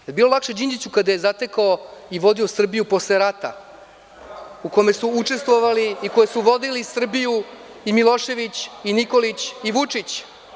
Da li je bilo lakše Đinđiću kada je zatekao i vodio Srbiju posle rata u kome su učestvovali i koji su vodili Srbiju, i Milošević, i Nikolić i Vučić?